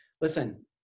listen